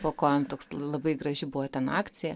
po kojom toks labai graži buvo ten akcija